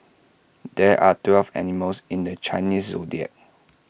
there are twelve animals in the Chinese Zodiac